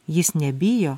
jis nebijo